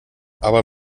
aber